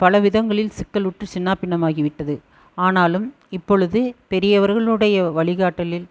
பல விதங்களில் சிக்கலுற்று சின்னாபின்னம் ஆகிவிட்டது ஆனாலும் இப்பொழுது பெரியவர்களுடைய வழிகாட்டலில்